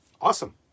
awesome